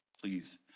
please